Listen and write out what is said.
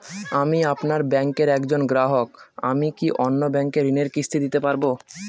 আমি আপনার ব্যাঙ্কের একজন গ্রাহক আমি কি অন্য ব্যাঙ্কে ঋণের কিস্তি দিতে পারবো?